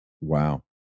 Wow